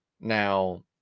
Now